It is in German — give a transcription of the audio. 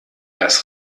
das